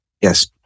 Yes